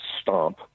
Stomp